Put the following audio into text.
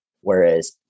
whereas